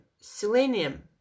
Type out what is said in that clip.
selenium